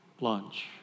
lunch